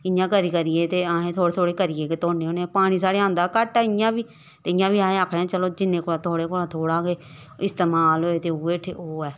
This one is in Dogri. इ'यां करी करियै ते अहें थोह्ड़े थोह्ड़े करियै गै धोने होन्ने कि जे पानी साढ़े आंदा घट्ट ऐ इ'यां बी इ'यां बी अहें आखने चलो जिन्ने कोला थोह्ड़े कोला थोह्ड़ा गै इस्तमाल होऐ ते उ'यै ठी उ'यै ओह् ऐ